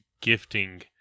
gifting